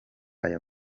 aya